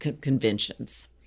conventions